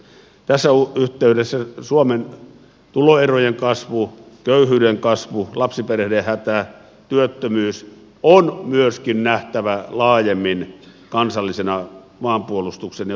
tässä yhteydessä suomen tuloerojen kasvu köyhyyden kasvu lapsiperheiden hätä työttömyys on nähtävä myöskin laajemmin kansallisena maanpuolustuksen ja turvallisuuden työnä